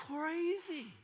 crazy